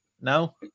No